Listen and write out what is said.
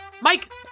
Mike